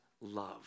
love